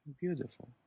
beautiful